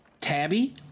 Tabby